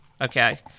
Okay